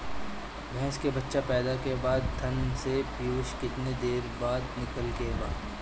भैंस के बच्चा पैदा के बाद थन से पियूष कितना देर बाद निकले के बा?